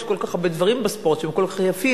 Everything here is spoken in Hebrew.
יש כל כך הרבה דברים בספורט שהם כל כך יפים,